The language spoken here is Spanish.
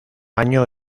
año